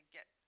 get